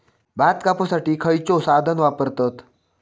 भात कापुसाठी खैयचो साधन वापरतत?